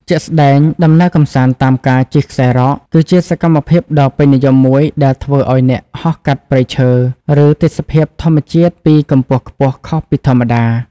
ជាក់ស្ដែង ដំណើរកម្សាន្តតាមការជិះខ្សែរ៉ក គឺជាសកម្មភាពដ៏ពេញនិយមមួយដែលធ្វើឱ្យអ្នកហោះកាត់ព្រៃឈើ ឬទេសភាពធម្មជាតិពីកម្ពស់ខ្ពស់ខុសពីធម្មតា។